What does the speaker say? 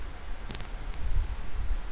so